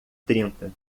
trinta